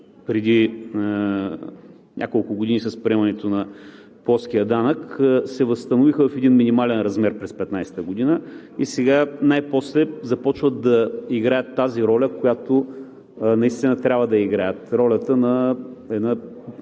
преди няколко години с приемането на плоския данък, се възстановиха в един минимален размер през 2015 г. и сега най-после започват да играят тази роля, която наистина трябва да играят – ролята на една